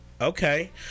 Okay